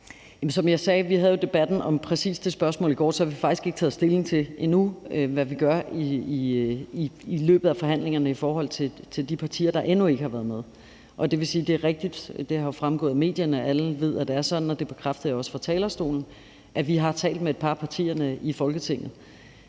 Som jeg sagde, havde vi debatten om præcis det spørgsmål i går, og vi har faktisk ikke endnu taget stilling til, hvad vi gør i løbet af forhandlingerne i forhold til de partier, der endnu ikke har været med. Det vil sige, som det er fremgået i medierne, at det er rigtigt, og alle ved, det er sådan, og det bekræfter jeg også fra talerstolen, at vi har talt med et par af partierne i Folketinget.